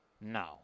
No